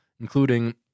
including